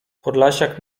podlasiak